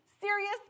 serious